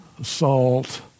assault